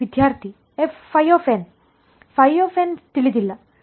ವಿದ್ಯಾರ್ಥಿϕn ϕn ತಿಳಿದಿಲ್ಲ ಸರಿ